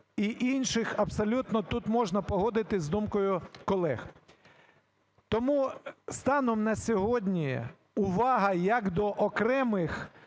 і інших, абсолютно тут можна погодитися з думкою колег. Тому станом на сьогодні увага як до окремих,